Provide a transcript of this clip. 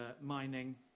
mining